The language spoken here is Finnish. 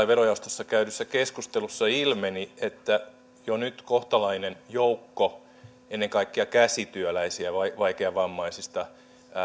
verojaostossa käydyssä keskustelussa ilmeni että jo nyt kohtalainen joukko ennen kaikkea käsityöläisiä vaikeavammaisista